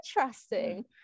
interesting